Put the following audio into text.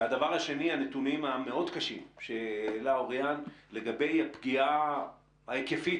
והדבר השני הנתונים המאוד קשים שהעלה אוריין לגבי הפגיעה ההיקפית,